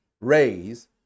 raise